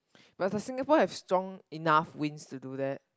but does Singapore have strong enough winds to do that